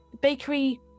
bakery